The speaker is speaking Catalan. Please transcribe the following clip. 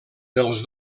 dels